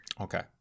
Okay